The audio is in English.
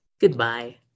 goodbye